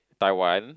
Taiwan